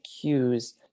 cues